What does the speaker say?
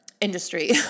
industry